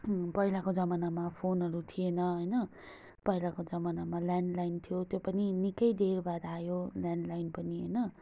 पहिलाको जमानामा फोनहरू थिएन होइन पहिलाको जमानामा लेन्डलाइन थियो त्यो पनि निक्कै देर बाद आयो लेन्डलाइन पनि होइन